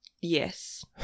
Yes